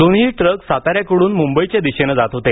दोन्हीही ट्रक साताऱ्याकडून मुंबईच्या दिशेनं जात होते